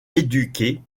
éduqué